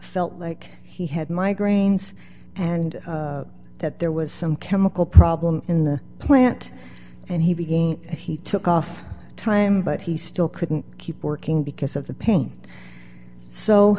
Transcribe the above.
felt like he had migraines and that there was some chemical problem in the plant and he began and he took off time but he still couldn't keep working because of the pain so